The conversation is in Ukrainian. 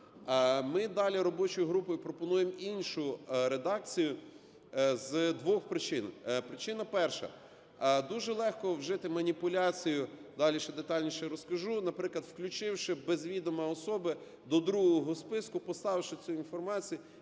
Ми далі робочою групою пропонуємо іншу редакцію з двох причин. Причина перша: дуже легко вжити маніпуляцію, далі ще детальніше розкажу, наприклад, включивши без відома особи до другого списку, поставивши цю інформацію.